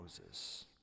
Moses